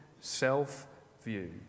self-view